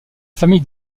famille